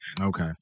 Okay